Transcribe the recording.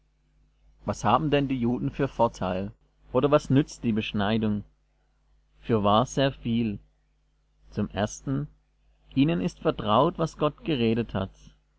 was haben denn die juden für vorteil oder was nützt die beschneidung fürwahr sehr viel zum ersten ihnen ist vertraut was gott geredet hat